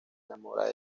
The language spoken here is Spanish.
enamora